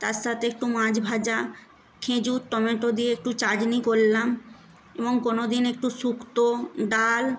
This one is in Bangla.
তার সাথে একটু মাছ ভাজা খেঁজুর টমেটো দিয়ে একটু চাটনি করলাম এবং কোনো দিন একটু শুক্তো ডাল